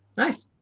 nice.